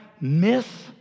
miss